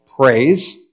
praise